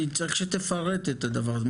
אני צריך שתפרט את הדבר הזה.